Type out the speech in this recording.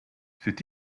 c’est